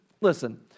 Listen